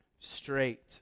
Straight